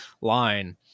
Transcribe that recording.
line